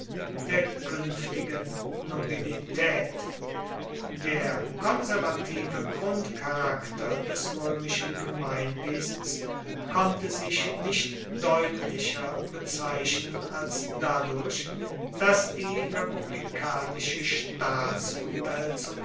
der kuenftigen nobilitaet der konservative grundcharakter des roemischen gemeinwesens konnte sich nicht deutlicher bezeichnen als dadurch dass die republikanische